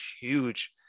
huge